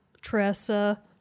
Tressa